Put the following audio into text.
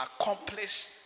accomplish